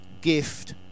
gift